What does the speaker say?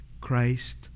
Christ